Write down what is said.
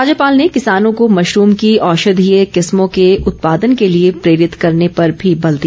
राज्यपाल ने किसानों को मशरूम की औषधीय किस्मों के ॅ उत्पादन के लिए प्रेरित करने पर भी बल दिया